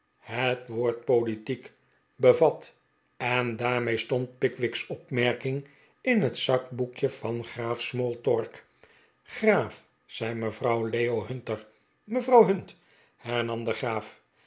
het woord politiek bevat en daarmee stond pickwick's opmerking in het zakboekje van graaf smorltork graaf zei mevrouw leo hunter mevrouw hunt hernam de graaf